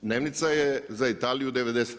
Dnevnica je za Italiju 90.